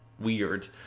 weird